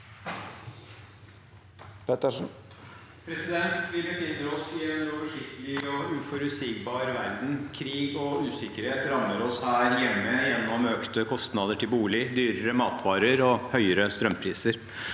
Vi befinner oss i en uoversiktlig og uforutsigbar verden. Krig og usikkerhet rammer oss her hjemme gjennom økte kostnader til bolig, dyrere matvarer og høyere strømpriser.